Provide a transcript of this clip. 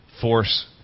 force